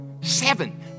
seven